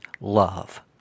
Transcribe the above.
love